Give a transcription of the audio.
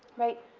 right.